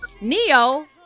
neo